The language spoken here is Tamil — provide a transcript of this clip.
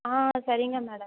ஆ சரிங்க மேடம்